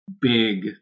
big